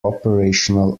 operational